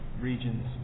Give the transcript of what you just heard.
regions